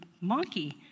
monkey